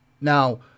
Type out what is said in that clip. Now